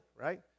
right